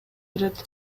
берет